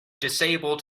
disabled